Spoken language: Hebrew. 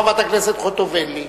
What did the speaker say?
חברת הכנסת חוטובלי.